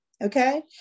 okay